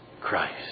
Christ